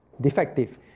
Defective